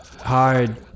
hard